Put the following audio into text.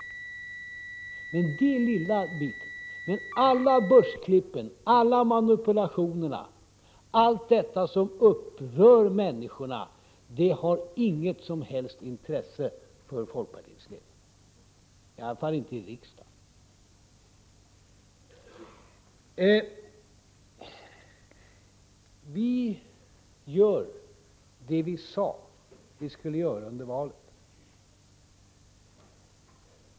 Men den lilla biten uppmärksammas. Alla börsklippen, alla manipulationerna, ja, allt det som upprör människorna, det har inget som helst intresse för folkpartiets ledning — i alla fall inte i riksdagen. Vi gör det vi under valrörelsen sade att vi skulle göra.